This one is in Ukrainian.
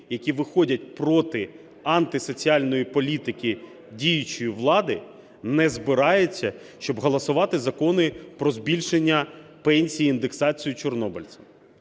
які виходять проти антисоціальної політики діючої влади, не збираються, щоб голосувати закони про збільшення пенсій і індексацію чорнобильцям.